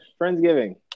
friendsgiving